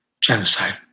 genocide